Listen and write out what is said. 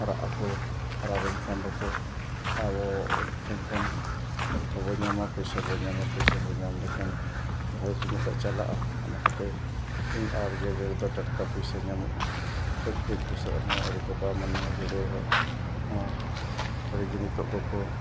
ᱦᱟᱨᱟᱜ ᱟᱠᱚ ᱦᱟᱨᱟ ᱞᱮᱱᱠᱷᱟᱱ ᱫᱚᱠᱚ ᱟᱵᱚ ᱩᱱᱠᱩ ᱴᱷᱮᱱ ᱠᱷᱚᱱ ᱚᱨᱛᱷᱚ ᱵᱚᱱ ᱧᱟᱢᱟ ᱯᱩᱭᱥᱟᱹ ᱵᱚᱱ ᱧᱟᱢᱟ ᱯᱩᱭᱥᱟᱹ ᱵᱚᱱ ᱧᱟᱢ ᱞᱮᱠᱷᱟᱱ ᱜᱷᱟᱨᱚᱸᱡᱽ ᱢᱤᱫᱴᱮᱡ ᱪᱟᱞᱟᱜᱼᱟ ᱚᱱᱟ ᱠᱷᱟᱹᱛᱤᱨ ᱥᱤᱢ ᱟᱨ ᱜᱮᱰᱮ ᱨᱮᱫᱚ ᱴᱟᱴᱠᱟ ᱯᱩᱭᱥᱟᱹ ᱧᱟᱢᱚᱜᱼᱟ ᱠᱟᱹᱡ ᱠᱟᱹᱡ ᱵᱩᱥᱟᱹᱜ ᱦᱚᱸ ᱟᱹᱰᱤ ᱠᱚ ᱫᱟᱢ ᱟᱱᱟ ᱜᱮᱰᱮ ᱦᱚᱸ ᱟᱹᱰᱤᱜᱮ ᱱᱤᱛᱚᱜ ᱫᱚᱠᱚ